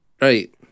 Right